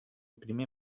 primer